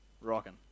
rocking